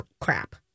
crap